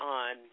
on